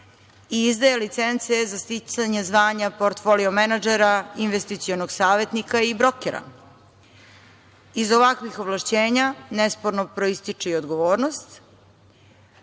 i izdaje licence za sticanje zvanja portfolio menadžera, investicionog savetnika i brokera. Iz ovakvih ovlašćenja, nesporno proističe i odgovornost,